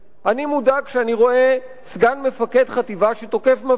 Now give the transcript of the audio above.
אני מודאג כשאני רואה סגן מפקד חטיבה שתוקף מפגין,